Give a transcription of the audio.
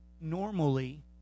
Normally